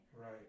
right